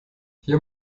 hier